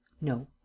No